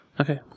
Okay